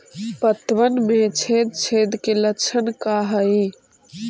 पतबन में छेद छेद के लक्षण का हइ?